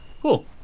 cool